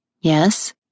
Yes